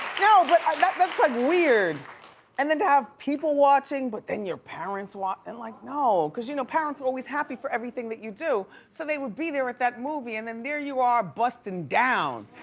no, but that's like weird and then to have people watching but then you're parents, and like, no. cause you know parents are always happy for everything that you do so they would be there at that movie and then there you are busting down.